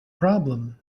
problem